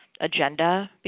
agenda